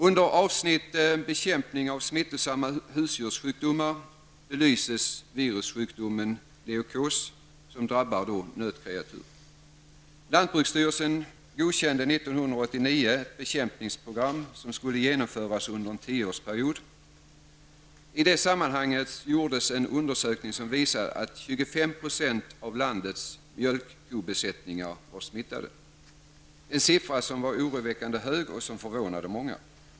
Under avsnittet Bekämpning av smittosamma husdjurssjukdomar belyses virussjukdomen leukos, som drabbar nötkreatur. Lantbruksstyrelsen godkände 1989 ett bekämpningsprogram som skulle genomföras under en tioårsperiod. I det sammanhanget gjordes en undersökning som visade att 25 % av landets mjölkkobesättningar var smittade. Det var en oroväckande hög siffra som förvånade många.